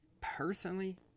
Personally